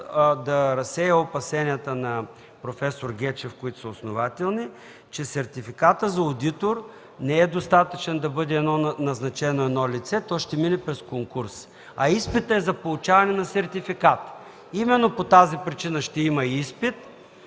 да разсея опасенията на проф. Гечев, които са основателни, че сертификатът за одитор не е достатъчен да бъде назначено едно лице. То ще мине през конкурс, а изпитът е за получаване на сертификат. Именно по тази причина ще има изпит.